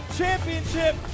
championship